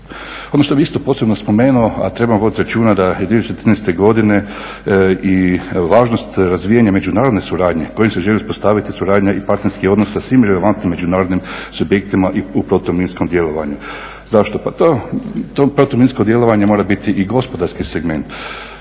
Ono što bi isto posebno spomenuo a trebam voditi računa da je …/Govornik se ne razumije./… godine i važnost razvijanja međunarodne suradnje kojom se želi uspostaviti suradnja i partnerskih odnos sa svim relevantnim međunarodnim subjektima i u protuminskom djelovanju. Zašto? Pa to protu minsko djelovanje mora biti i gospodarski segment.